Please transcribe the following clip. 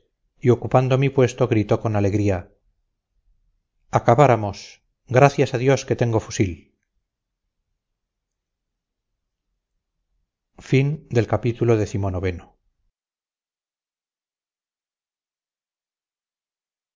y ocupando mi puesto gritó con alegría acabáramos gracias a dios que tengo fusil